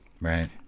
Right